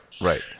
right